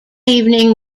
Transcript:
evening